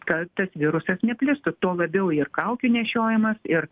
kad tas virusas neplistų tuo labiau ir kaukių nešiojimas ir